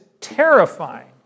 terrifying